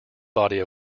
body